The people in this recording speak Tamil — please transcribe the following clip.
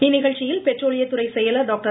இந்நிகழ்ச்சியில் பெட்ரோலியத்துறை செயலர் டாக்டர்